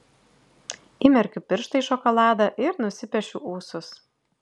įmerkiu pirštą į šokoladą ir nusipiešiu ūsus